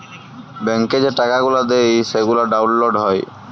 ব্যাংকে যে টাকা গুলা দেয় সেগলা ডাউল্লড হ্যয়